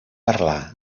parlar